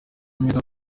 meza